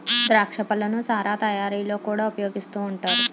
ద్రాక్ష పళ్ళను సారా తయారీలో కూడా ఉపయోగిస్తూ ఉంటారు